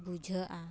ᱵᱩᱡᱷᱟᱹᱜᱼᱟ